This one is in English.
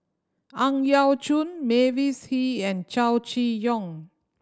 Ang Yau Choon Mavis Hee and Chow Chee Yong